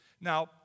Now